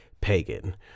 pagan